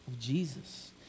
Jesus